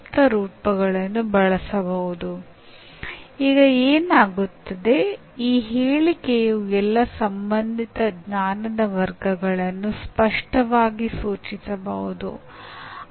ಇದರ ಆಧಾರದ ಮೇಲೆ ಮಾನವರು ತಮ್ಮ ಜ್ಞಾನವನ್ನು ಉತ್ಪಾದಿಸುವ ಮೂಲಕ ಮತ್ತು ಅರಿವಿನ ಸಾಮರ್ಥ್ಯಗಳ ಅನುಕ್ರಮ ಅಭಿವೃದ್ಧಿಯ ಮೂಲಕ ಕಲಿಯುತ್ತಾರೆ ಎಂದು ಭಾವಿಸಲಾಯಿತು